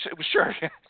sure